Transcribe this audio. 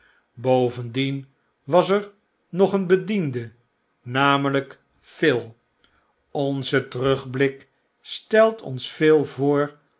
bovendien was er nog een bediende namelijk phil onze terugblik stelt ons phil voor